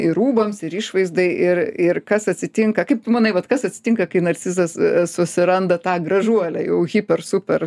ir rūbams ir išvaizdai ir ir kas atsitinka kaip tu manai vat kas atsitinka kai narcizas susiranda tą gražuolę jau hiper super